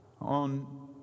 on